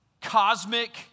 cosmic